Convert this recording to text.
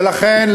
ולכן,